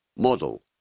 model